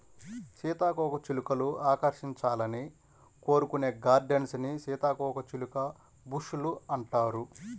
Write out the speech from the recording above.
సీతాకోకచిలుకలు ఆకర్షించాలని కోరుకునే గార్డెన్స్ ని సీతాకోకచిలుక బుష్ లు అంటారు